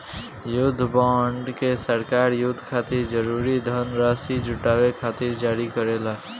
युद्ध बॉन्ड के सरकार युद्ध खातिर जरूरी धनराशि जुटावे खातिर जारी करेला